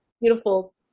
beautiful